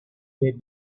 they